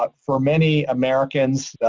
but for many americans,